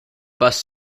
bus